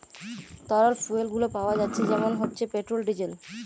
তরল ফুয়েল গুলো পাওয়া যাচ্ছে যেমন হচ্ছে পেট্রোল, ডিজেল